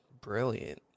brilliant